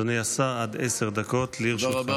אדוני השר, עד עשר דקות לרשותך.